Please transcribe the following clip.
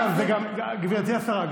גברתי השרה,